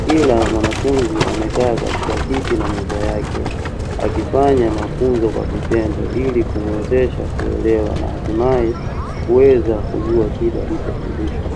kila mwanafunzi amekaa katika kiti na meza yake akifanya mafunzo kwa vitendo, ili kumuwezesha kuelewa na hatimaye kuweza kujua kile alichofundishwa.